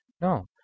No